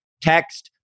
text